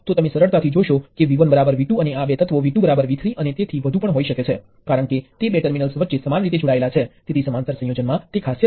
તેથી ચાલો પહેલા કોઈ એલિમેન્ટ અને પ્રવાહ સ્રોતના શ્રેણીના સંયોજન પર ધ્યાન આપીએ